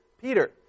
Peter